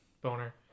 Boner